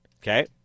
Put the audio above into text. Okay